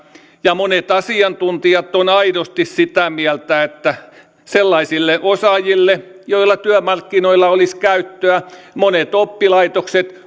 ja monet asiantuntijat ovat aidosti sitä mieltä että sellaisille osaajille joilla työmarkkinoilla olisi käyttöä monet oppilaitokset